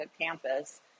campus